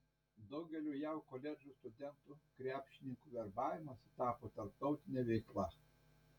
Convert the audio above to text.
daugeliui jav koledžų studentų krepšininkų verbavimas tapo tarptautine veikla